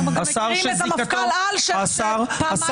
--- אנחנו גם מכירים את המפכ"ל אלשיך שפעמיים לא בא.